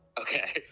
Okay